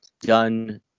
done